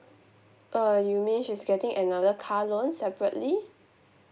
err you mean she's getting another car loan separately